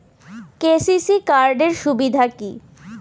KCC card এর সুবিধা কি?